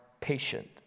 patient